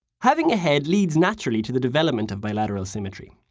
having a head leads naturally to the development of bilateral symmetry.